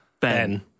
Ben